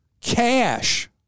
Cash